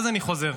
אז אני חוזר,